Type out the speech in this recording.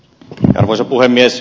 roosa puhemies